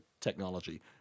technology